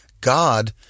God